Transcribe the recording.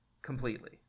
Completely